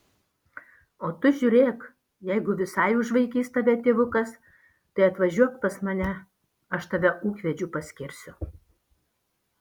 o tu žiūrėk jeigu visai užvaikys tave tėvukas tai atvažiuok pas mane aš tave ūkvedžiu paskirsiu